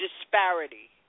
disparity